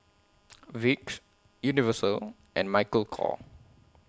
Vicks Universal and Michael Kors